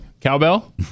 Cowbell